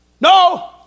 No